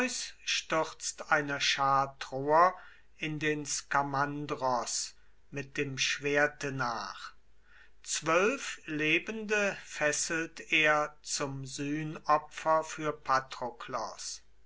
stürzt einer schar troer in den skamandros mit dem schwerte nach zwölf lebende fesselt er zum sühnopfer für